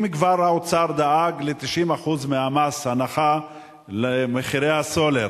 אם כבר האוצר דאג ל-90% מהמס, הנחה במחירי הסולר,